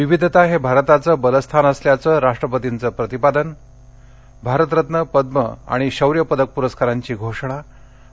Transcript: विविधता हे भारताचं बलस्थान असल्याचं राष्ट्रपतींचं प्रतिपादन भारतरत्न पद्म आणि पोलीस शौर्य पदक पूरस्कारांची घोषणा आणि